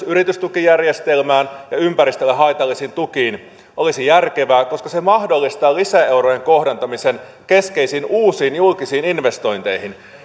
yritystukijärjestelmään ja ympäristölle haitallisiin tukiin olisi järkevää koska se mahdollistaa lisäeurojen kohdentamisen keskeisiin uusiin julkisiin investointeihin